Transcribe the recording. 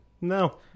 No